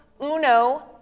uno